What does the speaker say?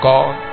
God